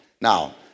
Now